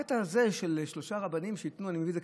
הקטע הזה של שלושה רבנים שייתנו,